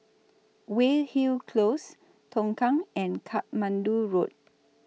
Weyhill Close Tongkang and Katmandu Road